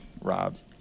robbed